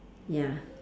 ya